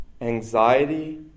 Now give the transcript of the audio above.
anxiety